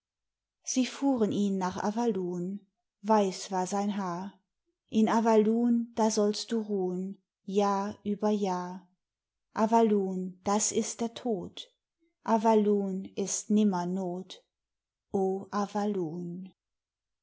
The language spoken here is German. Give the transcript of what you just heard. sie fuhren ihn nach avalun weiß war sein haar in avalun da sollst du ruh'n jahr über jahr avalun das ist der tod avalun ist nimmernot o